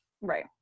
right